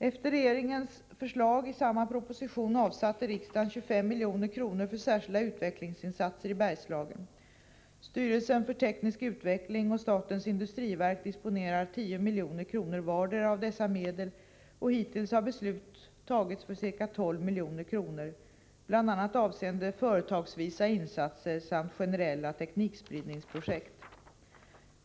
Efter regeringens förslag i samma proposition avsatte riksdagen 25 milj.kr. för särskilda utvecklingsinsatser i Bergslagen. Styrelsen för teknisk utveckling och statens industriverk disponerar 10 milj.kr. vardera av dessa medel, och hittills har beslut tagits för ca 12 milj.kr. bl.a. avseende företagsvisa insatser samt generella teknikspridningsprojekt.